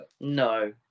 no